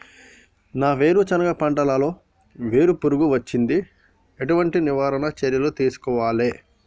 మా వేరుశెనగ పంటలలో వేరు పురుగు వచ్చింది? ఎటువంటి నివారణ చర్యలు తీసుకోవాలే?